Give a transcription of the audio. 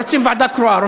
לא רוצים ועדה קרואה,